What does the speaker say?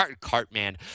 Cartman